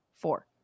four